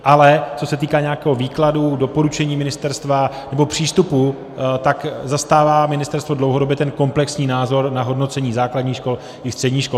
Ale co se týká nějakého výkladu, doporučení ministerstva nebo přístupu, tak zastává ministerstvo dlouhodobě ten komplexní názor na hodnocení základních škol i středních škol.